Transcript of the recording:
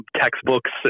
Textbooks